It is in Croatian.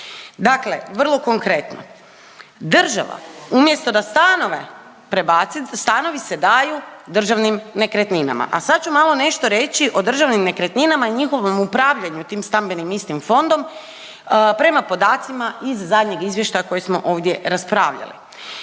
Dakle, vrlo konkretno, država umjesto da stanove prebaci, stanovi se daju Državnim nekretninama, a sad ću malo nešto reći o Državnim nekretninama i njihovom upravljanju tim stambenim istim fondom prema podacima iz zadnjeg izvještaja koji smo ovdje raspravljali.